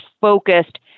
focused